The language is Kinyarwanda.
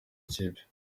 ikipe